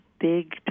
big